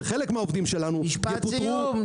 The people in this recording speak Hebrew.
וחלק מהעובדים שלנו -- משפט סיום.